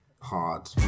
hard